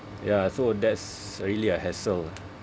ya so that's really a hassle